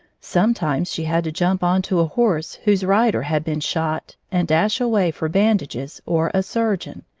sometimes she had to jump on to a horse whose rider had been shot and dash away for bandages or a surgeon,